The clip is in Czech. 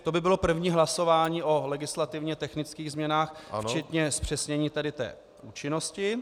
To by bylo první hlasování o legislativně technických změnách včetně zpřesnění účinnosti.